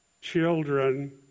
children